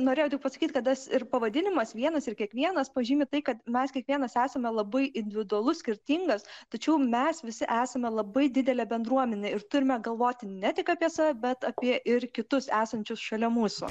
norėjau pasakyt kad tas ir pavadinimas vienas ir kiekvienas pažymi tai kad mes kiekvienas esame labai individualus skirtingas tačiau mes visi esame labai didelė bendruomenė ir turime galvoti ne tik apie save bet apie ir kitus esančius šalia mūsų